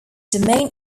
domain